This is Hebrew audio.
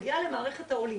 אני מגיעה למערכת העולים,